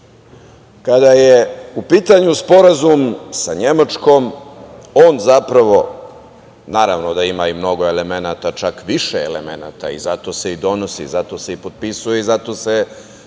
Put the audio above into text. je u pitanju sporazum sa Nemačkom, naravno da on ima i mnogo elemenata, čak više elemenata, zato se i donosi, zato se i potpisuje i zato ga